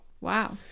Wow